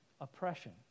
oppression